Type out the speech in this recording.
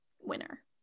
winner